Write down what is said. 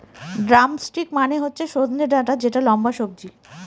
drumstick মানে হচ্ছে সজনে ডাটা যেটা লম্বা সবজি